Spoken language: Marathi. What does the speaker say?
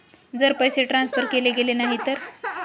जर पैसे ट्रान्सफर केले गेले नाही तर?